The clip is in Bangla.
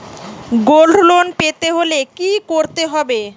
গোল্ড লোন পেতে হলে কি করতে হবে?